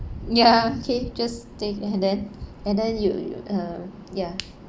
ya okay just take and then and then you you uh ya